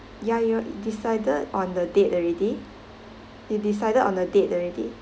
ya you decided on the date already you decided on a date already